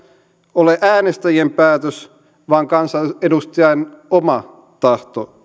ole äänestäjien päätös vaan kansanedustajan oma tahto